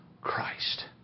Christ